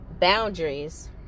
boundaries